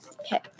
okay